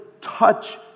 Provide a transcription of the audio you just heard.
touch